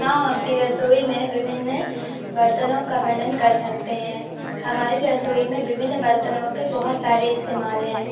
हाँ अपनी रसोई में विभिन्न बर्तनों का वर्णन कर सकते हैं हमारी रसोई में विभिन्न बर्तनों के बहुत सारे इस्तेमाल हैं